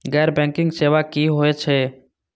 गैर बैंकिंग सेवा की होय छेय?